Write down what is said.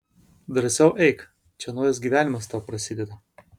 drąsiau eik čia naujas gyvenimas tau prasideda